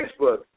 Facebook